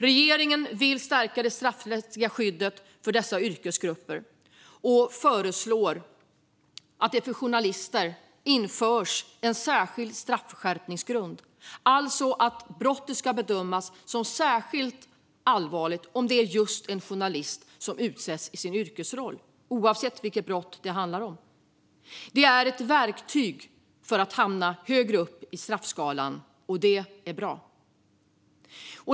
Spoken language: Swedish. Regeringen vill stärka det straffrättsliga skyddet för dessa yrkesgrupper och föreslår att det införs en särskild straffskärpningsgrund när det gäller journalister, alltså att brottet ska bedömas som särskilt allvarligt om det är just en journalist som utsätts i sin yrkesroll, oavsett vilket brott det handlar om. Detta är ett verktyg för att hamna högre upp i straffskalan, och det är bra.